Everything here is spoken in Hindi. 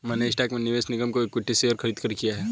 मैंने स्टॉक में निवेश निगम के इक्विटी शेयर खरीदकर किया है